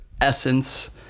essence